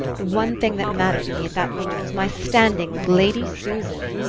the one thing that mattered to me at that moment was my standing with lady susan!